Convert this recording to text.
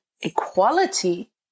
equality